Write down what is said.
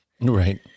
right